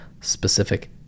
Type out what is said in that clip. specific